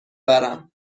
برم